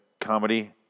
Comedy